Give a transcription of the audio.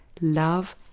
love